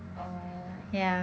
orh